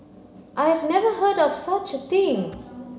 I have never heard of such a thing